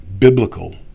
biblical